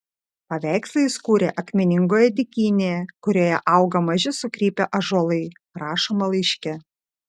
paveikslą jis kūrė akmeningoje dykynėje kurioje auga maži sukrypę ąžuolai rašoma laiške